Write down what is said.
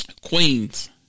Queens